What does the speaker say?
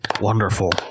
Wonderful